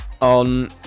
on